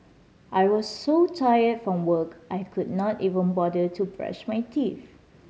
I was so tired from work I could not even bother to brush my teeth